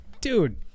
Dude